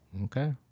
Okay